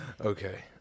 Okay